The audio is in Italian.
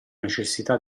necessità